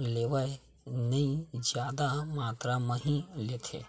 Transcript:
लेवय नइ जादा मातरा म ही लेथे